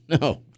No